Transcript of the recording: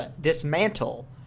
dismantle